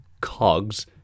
cogs